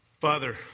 Father